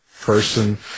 person